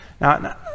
Now